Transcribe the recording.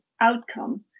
outcome